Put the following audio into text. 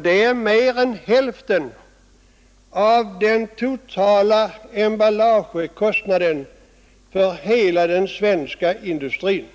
Det är mer än hälften av den totala emballagekostnaden för hela den svenska industrin.